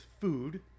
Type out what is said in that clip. food